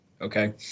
okay